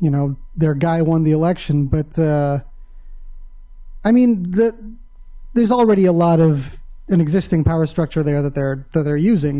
you know their guy won the election but i mean that there's already a lot of an existing power structure there that they're they're using